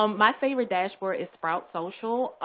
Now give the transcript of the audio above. um my favorite dashboard is sprout social.